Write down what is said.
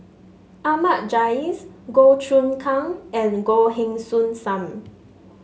Ahmad Jais Goh Choon Kang and Goh Heng Soon Sam